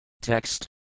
Text